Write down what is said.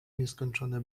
nieskończone